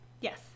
Yes